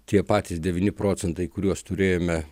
tie patys devyni procentai kuriuos turėjome